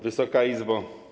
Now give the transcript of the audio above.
Wysoka Izbo!